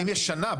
אם יש שנה,